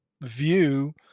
view